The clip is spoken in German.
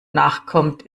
nachkommt